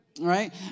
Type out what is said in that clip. Right